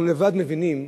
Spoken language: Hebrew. אנחנו לבד מבינים